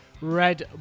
Red